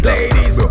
Ladies